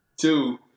Two